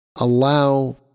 allow